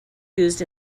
used